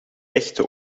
echte